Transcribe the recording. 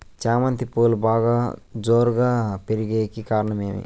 చామంతి పువ్వులు బాగా జోరుగా పెరిగేకి కారణం ఏమి?